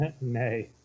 Nay